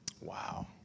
Wow